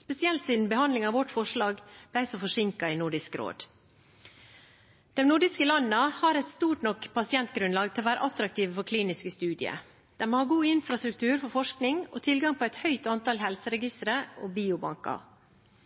spesielt siden behandlingen av vårt forslag ble så forsinket i Nordisk råd. De nordiske landene har et stort nok pasientgrunnlag til å være attraktive for kliniske studier. De har god infrastruktur for forskning og tilgang på et høyt antall helseregistre og biobanker.